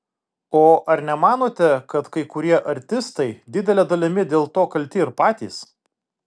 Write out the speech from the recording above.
o ar nemanote kad kai kurie artistai didele dalimi dėl to kalti ir patys